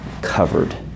covered